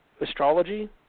astrology